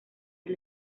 del